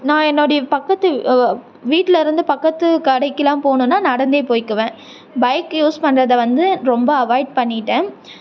நான் என்னுடைய பக்கத்து வீட்டில் இருந்து பக்கத்து கடைக்கெலாம் போகணும்னா நடந்தே போயிக்குவேன் பைக்கு யூஸ் பண்ணுறத வந்து ரொம்ப ஆவாய்ட் பண்ணிட்டேன்